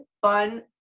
fun